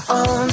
on